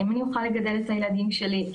האם אני אוכל לגדל את הילדים שלי?